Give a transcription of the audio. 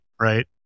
right